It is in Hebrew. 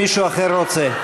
אם מישהו אחר רוצה.